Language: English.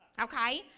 Okay